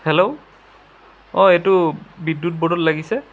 hello অঁ এইটো বিদ্যুৎ বৰ্ডত লাগিছে